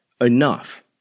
enough